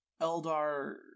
Eldar